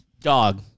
Dog